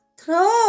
throw